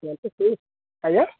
ଆଜ୍ଞା